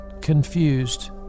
confused